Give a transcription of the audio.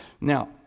Now